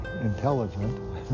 intelligent